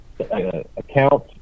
account